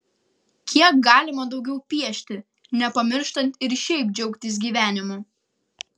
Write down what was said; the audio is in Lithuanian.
kiek galima daugiau piešti nepamirštant ir šiaip džiaugtis gyvenimu